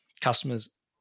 customers